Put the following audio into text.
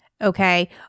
okay